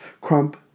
Crump